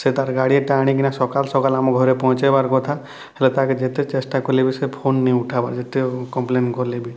ସେ ତା'ର୍ ଗାଡ଼ି ଟା ଆଣିକିନା ସକାଲ୍ ସକାଲ୍ ଆମର୍ ଘରେ ପହଁଞ୍ଚେଇବାର୍ କଥା ହେଲେ ତା'କେ ଯେତେ ଚେଷ୍ଟା କଲେ ବି ସେ ଫୋନ୍ ନାଇ ଉଠାବାର୍ ଯେତେ କମ୍ପ୍ଲେନ୍ କଲେ ବି